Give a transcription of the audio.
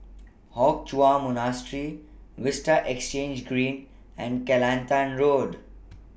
Hock Chuan Monastery Vista Exhange Green and Kelantan Road